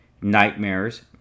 Nightmares